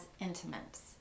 intimates